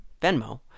Venmo